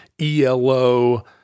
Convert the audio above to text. ELO